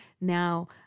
Now